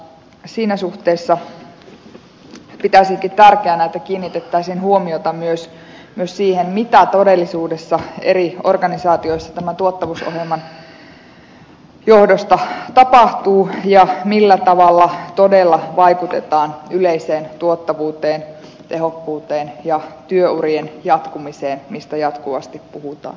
siinä suhteessa pitäisinkin tärkeänä että kiinnitettäisiin huomiota myös siihen mitä todellisuudessa eri organisaatioissa tämän tuottavuusohjelman johdosta tapahtuu ja millä tavalla todella vaikutetaan yleiseen tuottavuuteen tehokkuuteen ja työurien jatkumiseen mistä jatkuvasti puhutaan